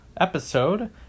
episode